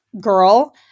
girl